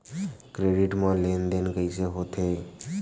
Credit मा लेन देन कइसे होथे?